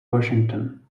washington